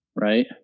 right